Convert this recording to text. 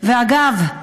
ואגב,